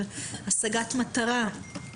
של השגת מטרה,